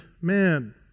man